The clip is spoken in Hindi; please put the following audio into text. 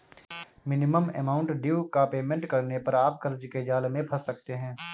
मिनिमम अमाउंट ड्यू का पेमेंट करने पर आप कर्ज के जाल में फंस सकते हैं